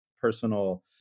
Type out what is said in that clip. personal